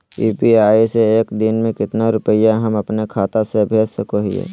UPI से एक दिन में कितना रुपैया हम अपन खाता से भेज सको हियय?